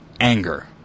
anger